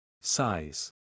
Size